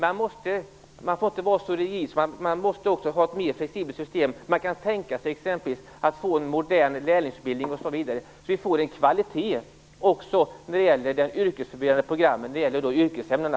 Man får inte vara så rigid. Man måste ha ett mer flexibelt system, t.ex. en modern lärlingsutbildning, så att vi får kvalitet också när det gäller de yrkesförberedande programmen. Det gäller då yrkesämnena.